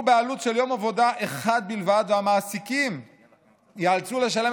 בעלות של יום עבודה אחד בלבד והמעסיקים ייאלצו לשלם